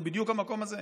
זה בדיוק המקום הזה,